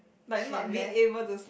like not being able to